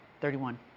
Thirty-one